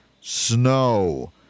snow